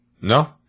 No